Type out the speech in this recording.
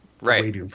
Right